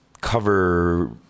cover